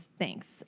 thanks